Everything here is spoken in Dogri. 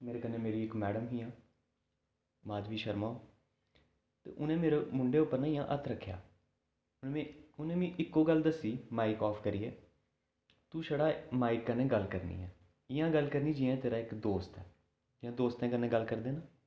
मेरे कन्नै मेरी इक मैडम हियां माधवी शर्मा ते उ'नें मेरे मुंढै उप्पर ना इयां हत्थ रक्खेआ उन्नै मिगी इक्को गल्ल दस्सी माईक ऑफ करियै तूं छड़ा माईक कन्नै गल्ल करनी ऐ इं'या गल्ल करनी जियां तेरा इक दोस्त ऐ जियां दोस्तें कन्नै गल्ल करदे न